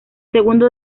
segundo